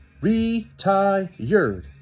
Retired